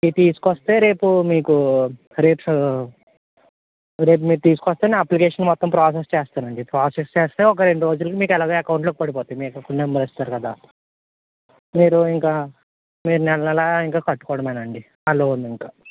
ఇవి తీసుకొస్తే రేపు మీకు రేపు స రేపు మీరు తీసుకొస్తే నేను అప్లికేషన్ మొత్తం ప్రాసెస్ చేస్తాను అండి ప్రాసెస్ చేస్తే ఒక రెండు రోజులకి మీకు ఎలాగో అకౌంట్లోకి పడిపోతాయి మీకు ఒక నెంబర్ ఇస్తారు కదా మీరు ఇంకా మీరు నెల నెల ఇంకా కట్టుకోవడమ అండి ఆ లోన్ ఇంకా